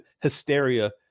hysteria